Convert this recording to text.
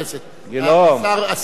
השר מדבר אתךָ.